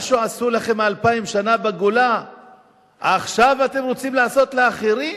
מה שעשו לכם אלפיים שנה בגולה עכשיו אתם רוצים לעשות לאחרים?